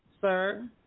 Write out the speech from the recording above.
sir